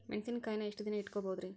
ಮೆಣಸಿನಕಾಯಿನಾ ಎಷ್ಟ ದಿನ ಇಟ್ಕೋಬೊದ್ರೇ?